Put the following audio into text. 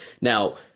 Now